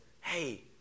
Hey